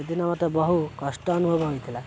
ସେଦିନ ମୋତେ ବହୁ କଷ୍ଟ ଅନୁଭବ ହୋଇଥିଲା